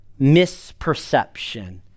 misperception